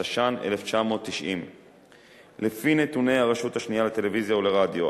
התש"ן 1990. לפי נתוני הרשות השנייה לטלוויזיה ולרדיו,